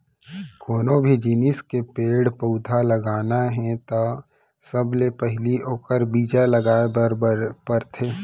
कोनो भी जिनिस के पेड़ पउधा लगाना हे त सबले पहिली ओखर बीजा लगाए बर परथे